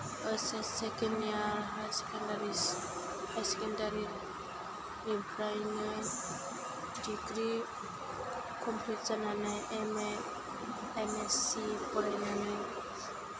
ओयत्च एस second year हायार सेखेन्डारि निफ्रायनो degree complete M A M S C सि फरायनानै